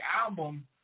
album